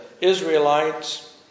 Israelites